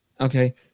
Okay